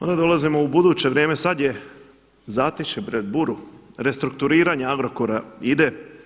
Onda dolazimo u buduće vrijeme, sad je zatišje pred buru restrukturiranje Agrokora ide.